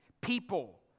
people